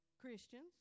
Christians